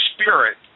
spirit